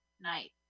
night